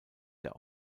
der